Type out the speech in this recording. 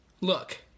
Look